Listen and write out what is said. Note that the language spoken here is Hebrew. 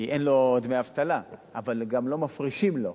כי אין לו דמי אבטלה, אבל גם לא מפרישים לו.